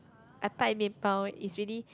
is really